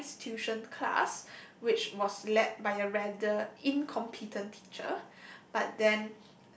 Science tuition class which was led by a rather incompetent teacher but then